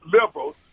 liberals